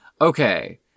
okay